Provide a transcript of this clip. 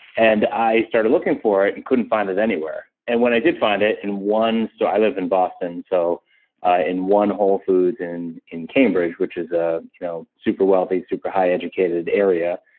and i started looking for it and couldn't find it anywhere, and when i did find it in one store. i live in boston, so ah in one whole foods in in cambridge, which is ah you know super wealthy, super high educated area,